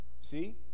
see